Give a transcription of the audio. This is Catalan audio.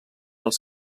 als